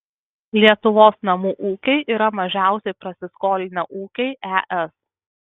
lietuvos namų ūkiai yra mažiausiai prasiskolinę ūkiai es